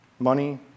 money